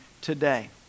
today